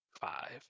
Five